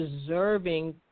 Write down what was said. deserving